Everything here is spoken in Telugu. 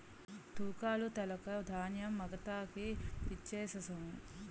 తూకాలు తెలక ధాన్యం మగతాకి ఇచ్ఛేససము